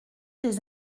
des